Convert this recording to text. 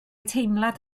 teimlad